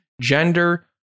gender